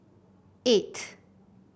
eight